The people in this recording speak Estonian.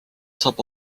saab